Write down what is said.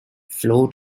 floor